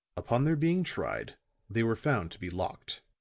upon their being tried they were found to be locked.